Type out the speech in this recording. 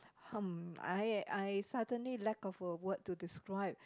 hmm I I suddenly lack of a word to describe